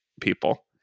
people